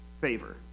favor